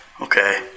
okay